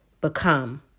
become